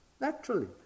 naturally